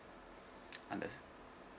understand